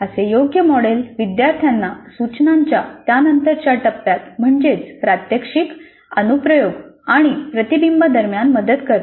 असे योग्य मॉडेल विद्यार्थ्यांना सूचनांच्या त्यानंतरच्या टप्प्यात म्हणजेच प्रात्यक्षिक अनुप्रयोग आणि प्रतिबिंब दरम्यान मदत करते